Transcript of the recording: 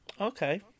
Okay